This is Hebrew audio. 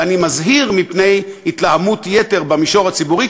ואני מזהיר מפני התלהמות יתר במישור הציבורי,